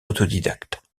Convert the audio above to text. autodidacte